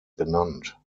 benannt